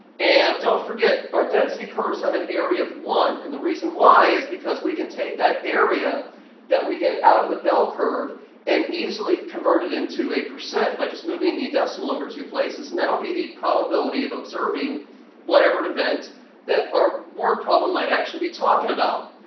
and don't forget our density curves have an area of one. and the reason why is because we can take that area that we get out of the bell curve and easily convert into a percent by just moving the decimal over two places and that will be the probability of observing whatever event that our word problem might be talking about.